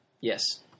Yes